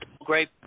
great